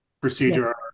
procedure